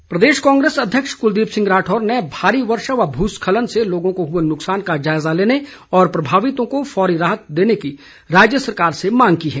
राठौर प्रदेश कांग्रेस अध्यक्ष कुलदीप राठौर ने भारी वर्षा व भूस्खलन से लोगों को हुए नुकसान का जायजा लेने और प्रभावितों को फौरी राहत देने की राज्य सरकार से मांग की है